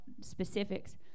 specifics